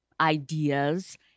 ideas